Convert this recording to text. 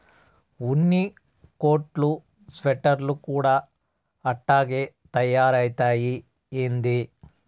ఉన్ని కోట్లు స్వెటర్లు కూడా అట్టాగే తయారైతయ్యా ఏంది